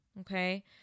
Okay